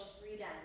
freedom